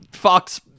Fox